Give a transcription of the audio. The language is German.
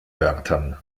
wörtern